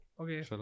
Okay